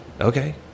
okay